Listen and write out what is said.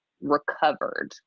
recovered